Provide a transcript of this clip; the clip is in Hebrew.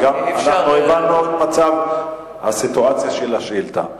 וגם אנחנו הבנו את הסיטואציה של השאילתא.